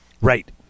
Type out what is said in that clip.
Right